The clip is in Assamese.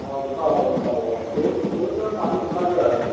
অঁ গোটা হ'ব গোটা হ'ব অঁ দৈত পানী নাথাকে আৰু